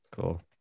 Cool